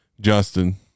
Justin